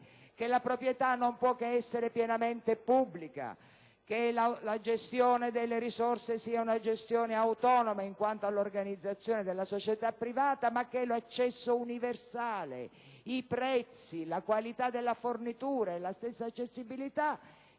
che la proprietà non può che essere pienamente pubblica, che la gestione delle risorse sia autonoma in quanto all'organizzazione della società privata, ma che l'accesso universale, i prezzi, la qualità della fornitura e la stessa accessibilità